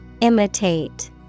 Imitate